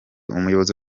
umuyobozi